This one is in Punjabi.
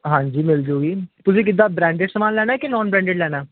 ਹਾਂਜੀ ਮਿਲ ਜਉਗੀ ਤੁਸੀਂ ਕਿੱਦਾਂ ਬਰੈਂਡਡ ਸਮਾਨ ਲੈਣਾ ਕਿ ਨੌਨ ਬਰੈਂਡਡ ਲੈਣਾ